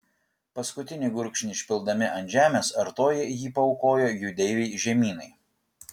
paskutinį gurkšnį išpildami ant žemės artojai jį paaukojo jų deivei žemynai